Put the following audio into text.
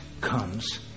comes